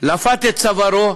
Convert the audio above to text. לפת את צווארו,